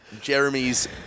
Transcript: Jeremy's